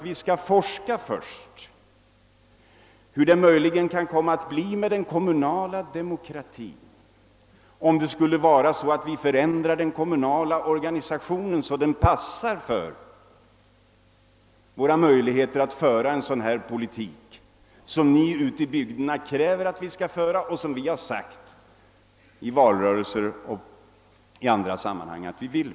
Vi måste först forska om hur det kan komma att bli med den kommunala demokratin, om vi förändrar den kommunala organisationen så att den ger oss möjlighet att föra den politik vi ställt i utsikt.